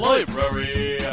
Library